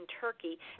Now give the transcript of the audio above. Turkey